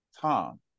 Tom